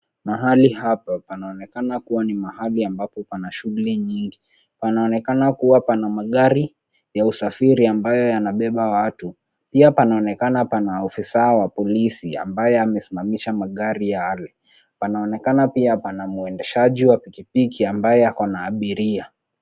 Mahali hapa panaonekana kuwa ni mahali ambapo pana shughuli nyingi. Panaonekana kuwa pana magari ya usafiri ambayo yanabeba watu. Pia panaonekana hapa na afisa wa polisi ambaye amesimamisha magari ya ardhi. Panaonekana pia hapa na mwendeshaji wa pikipiki ambaye ako na abiria.